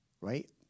right